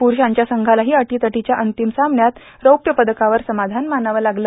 प्रुठेषांच्या संघालाही अदीतटीच्या अंतिम लढतीत रौप्य पदकावर समाधान मानावं लागलं